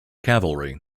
cavalry